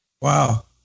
Wow